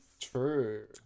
true